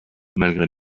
malgré